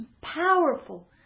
powerful